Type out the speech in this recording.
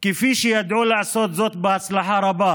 כפי שידעו לעשות זאת בהצלחה רבה